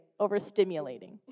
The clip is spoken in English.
overstimulating